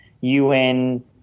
UN